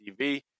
TV